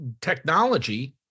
technology